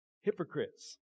hypocrites